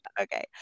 okay